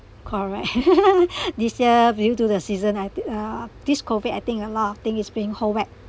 correct this year view to the season I th~ uh this COVID I think a lot of thing is being hold back